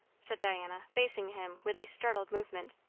said diana, facing him with a startled movement.